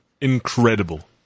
incredible